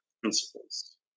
Principles